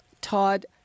Todd